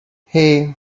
hey